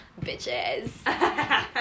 bitches